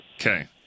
Okay